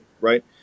right